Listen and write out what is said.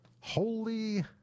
holy